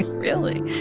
really,